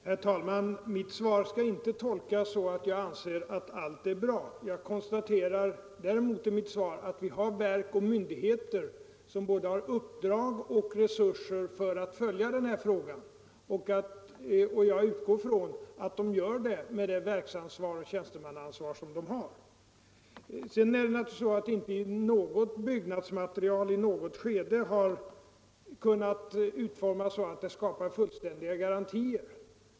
Herr talman! Mitt svar skall inte tolkas så, att jag anser att allt är bra. Jag konstaterade däremot att vi har verk och myndigheter som både har i uppdrag att följa den här frågan och äger resurser för det, och jag utgår från att de gör det med det verksansvar och tjänstemannaansvar som de har. Naturligtvis har inte något byggnadsmaterial i något skede kunnat utformas så, att det har skapats fullständiga garantier.